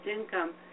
income